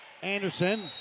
Anderson